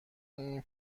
این